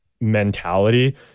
mentality